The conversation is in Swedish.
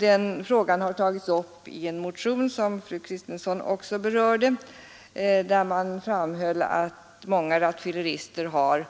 Den frågan har tagits upp i en motion, som fru Kristensson också har berört, vari framhålles att många rattfyllerister har